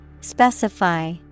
specify